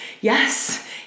yes